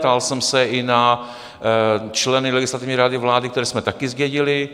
Ptal jsem se i na členy Legislativní rady vlády, které jsme také zdědili.